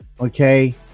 okay